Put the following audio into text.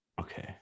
Okay